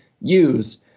use